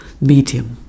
medium